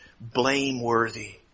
blameworthy